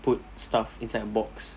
put stuff inside a box